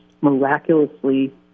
miraculously